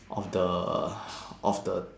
of the of the